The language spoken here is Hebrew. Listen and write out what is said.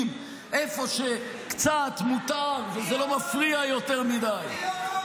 איפה שקצת מותר וזה לא מפריע יותר מדי -- מי אמר את זה?